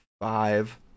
five